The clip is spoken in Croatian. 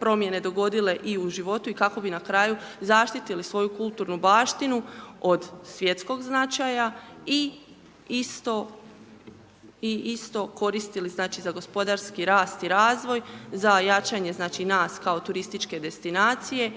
promjene dogodile i u životu i kako bi na kraju zaštitili svoju kulturnu baštinu od svjetskog značaja i isto koristili znači, za gospodarski rast i razvoj, za jačanje nas kao turističke destinacije